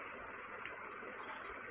विद्यार्थी अनुक्रम के द्वारा